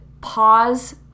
pause